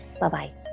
Bye-bye